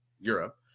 Europe